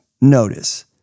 notice